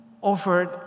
offered